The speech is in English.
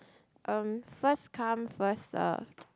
um first come first serve